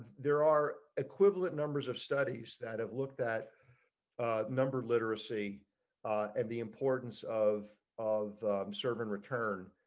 there are equivalent numbers of studies that have looked that number literacy and the importance of of serve and return